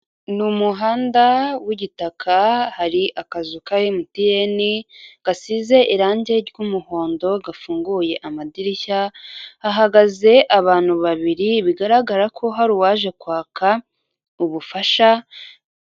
Ni umuhanda w'igitaka, hari akazu ka MTN, gasize irangi ry'umuhondo, gafunguye amadirishya, hahagaze abantu babiri bigaragara ko hari uwaje kwaka ubufasha.